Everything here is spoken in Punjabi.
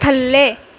ਥੱਲੇ